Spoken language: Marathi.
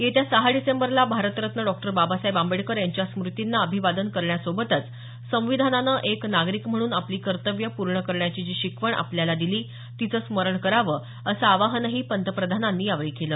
येत्या सहा डिसेंबरला भारतरत्न डॉ बाबासाहेब आंबेडकर यांच्या स्मुतींना अभिवादन करण्यासोबतच संविधानानं एक नागरिक म्हणून आपली कर्तव्यं पूर्ण करण्याची जी शिकवण आपल्याला दिली तिचं स्मरण करावं असं आवाहनही पंतप्रधानांनी यावेळी केलं